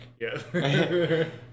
Yes